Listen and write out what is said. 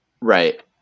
Right